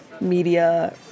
media